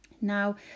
Now